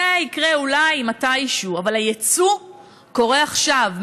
זה יקרה אולי מתישהו אבל היצוא קורה עכשיו,